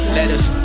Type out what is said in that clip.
Letters